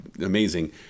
amazing